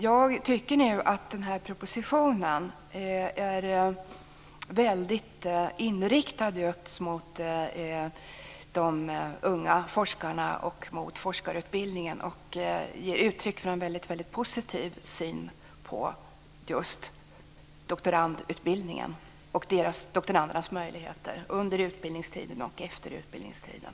Jag tycker att den här propositionen är väldigt inriktad just mot de unga forskarna och mot forskarutbildningen. Den ger uttryck för en väldigt positiv syn på just doktorandutbildningen och doktorandernas möjligheter under och efter utbildningstiden.